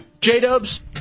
J-Dubs